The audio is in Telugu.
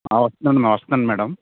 వస్తున్నా వస్తున్నాను మ్యాడమ్